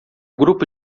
grupo